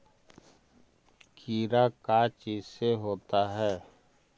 कीड़ा का चीज से होता है?